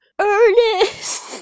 Ernest